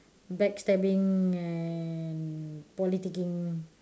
backstabbing and politicking